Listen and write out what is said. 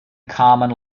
common